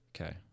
Okay